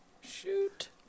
Shoot